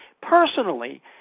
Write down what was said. personally